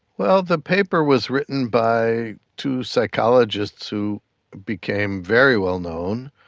well, the paper was written by two psychologists who became very well-known,